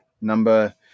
number